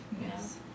Yes